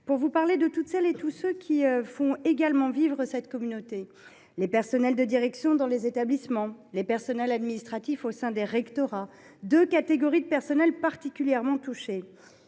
chers collègues, de toutes celles et de tous ceux qui font également vivre cette communauté. Je pense aux personnels de direction dans les établissements ou aux personnels administratifs au sein des rectorats. Ces deux catégories sont particulièrement touchées.